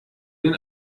den